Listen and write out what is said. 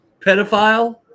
Pedophile